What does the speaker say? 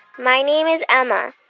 my name is emma.